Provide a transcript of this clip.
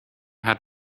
had